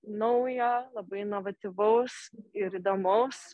naujo labai inovatyvaus ir įdomaus